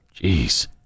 jeez